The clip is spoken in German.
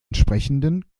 entsprechenden